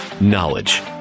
knowledge